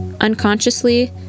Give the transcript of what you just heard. Unconsciously